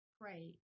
pray